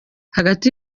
hagati